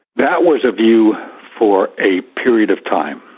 that was a view for a period of time.